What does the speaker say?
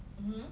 mmhmm